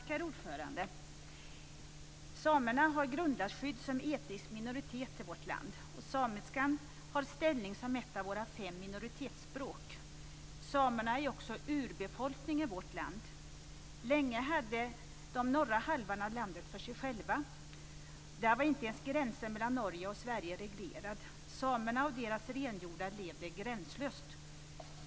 Herr talman! Samerna har grundlagsskydd som etnisk minoritet i vårt land, och samiskan har ställning som ett av våra fem minoritetsspråk. Samerna är också urbefolkningen i vårt land. Länge hade de den norra halvan av landet för sig själva. Där var inte ens gränsen mellan Norge och Sverige reglerad. Samerna och deras renhjordar levde gränslöst.